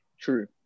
True